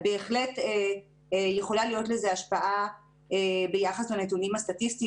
בהחלט יכולה להיות לזה השפעה ביחס לנתונים הסטטיסטיים